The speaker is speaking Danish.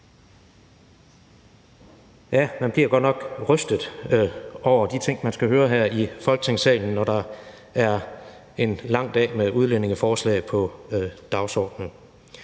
Man bliver godt nok rystet over de ting, man skal høre her i Folketingssalen, når der er en lang dag med udlændingeforslag på dagsordenen.